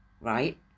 right